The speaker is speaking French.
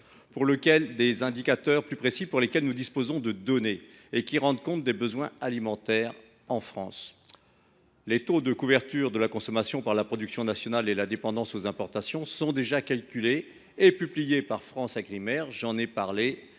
pour lesquels nous disposons de données et qui rendent compte des besoins alimentaires en France. Les taux de couverture de la consommation par la production nationale et la dépendance aux importations sont déjà calculés et publiés par FranceAgriMer – j’en ai parlé